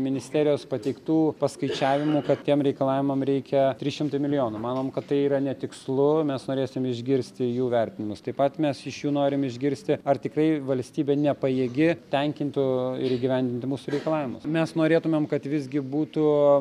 ministerijos pateiktų paskaičiavimų kad tiem reikalavimam reikia trys šimtai milijonų manom kad tai yra netikslu mes norėsim išgirsti jų vertinimus taip pat mes iš jų norim išgirsti ar tikrai valstybė nepajėgi tenkintų ir įgyvendinti mūsų reikalavimus mes norėtumėm kad visgi būtų